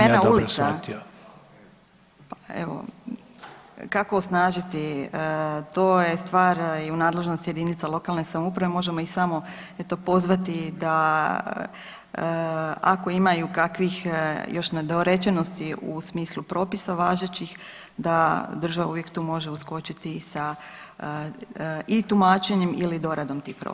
Evo, kako osnažiti, to je stvar i u nadležnosti jedinica lokalne samouprave, možemo ih samo eto, pozvati da ako imaju kakvih još nedorečenosti u smislu propisa važećih, da država uvijek tu može uskočiti sa i tumačenjem ili doradom tih propisa.